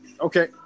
Okay